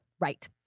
Right